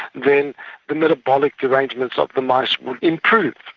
then the metabolic arrangements of the mice would improve.